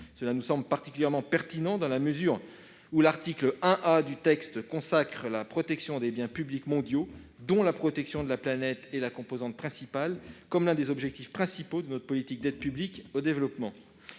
Cela nous semble particulièrement pertinent dans la mesure où l'article 1 A consacre la protection des biens publics mondiaux, dont la protection de la planète est la composante principale, comme l'un des objectifs premiers de notre politique d'aide publique au développement.